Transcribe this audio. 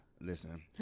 Listen